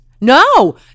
No